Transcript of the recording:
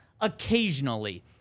occasionally